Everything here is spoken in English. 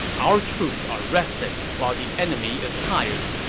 our troops are rested while the enemy is tired.